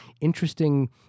interesting